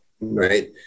right